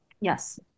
Yes